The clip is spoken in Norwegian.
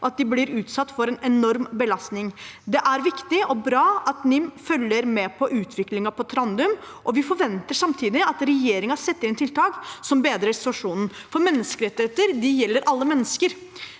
og at de blir utsatt for en enorm belastning. Det er viktig og bra at NIM følger med på utviklingen på Trandum. Vi forventer samtidig at regjeringen setter inn tiltak som bedrer situasjonen, for menneskerettigheter gjelder alle mennesker,